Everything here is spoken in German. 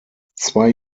zwei